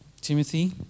Timothy